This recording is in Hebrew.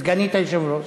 סגנית היושב-ראש,